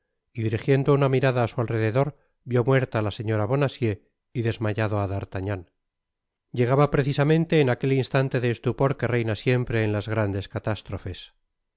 y dirigiendo una mirada á su alrededor vió muerta á la señora bonacieux y desmayado á d'artagnan llegaba precisamente en aquel instante de estupor que reina siempre en las grandes catástrofes